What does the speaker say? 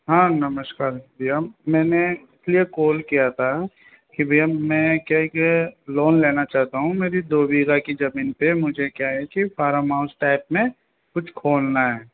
हाँ नमस्कार भैया मैंने इसलिए कॉल किया था कि भैया में क्या है के लोन लेना चाहता हूँ मेरी दो बीघा की जमीन पे मुझे क्या है के फारम हाउस टाइप में कुछ खोलना है